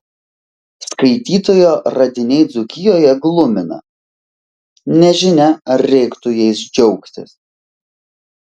skaitytojo radiniai dzūkijoje glumina nežinia ar reiktų jais džiaugtis